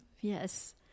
yes